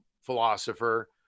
philosopher